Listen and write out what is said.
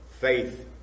Faith